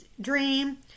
dream